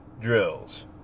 drills